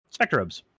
Spectrobes